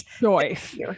choice